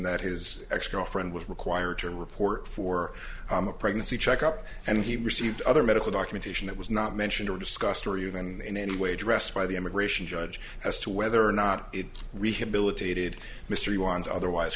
that his ex girlfriend was required to report for a pregnancy checkup and he received other medical documentation that was not mentioned or discussed or you know and anyway dressed by the immigration judge as to whether or not it rehabilitated mystery ones otherwise